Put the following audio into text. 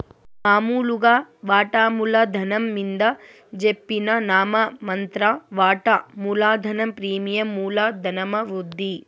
మామూలుగా వాటామూల ధనం మింద జెప్పిన నామ మాత్ర వాటా మూలధనం ప్రీమియం మూల ధనమవుద్ది